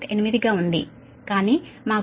8 గా ఉంది కాని మాకు కెపాసిటర్ C 38